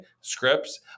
scripts